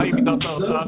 מהי מידת ההרתעה